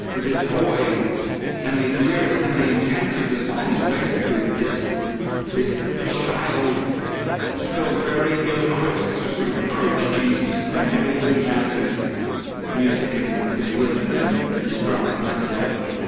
this boy and these lyrics and the intent of the song is basically that this this child feels very ill-equipped to sort of approach jesus and and all he has is music and this rhythm and this drum and that's his offering.